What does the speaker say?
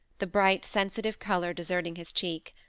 the bright, sensitive colour deserting his cheek.